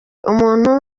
umuntu